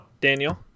Daniel